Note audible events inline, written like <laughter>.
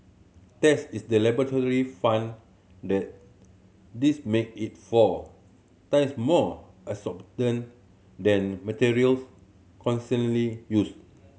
test is the laboratory found that this make it four times more <unintelligible> than materials <unintelligible> used